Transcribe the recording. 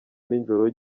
nijoro